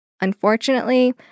Unfortunately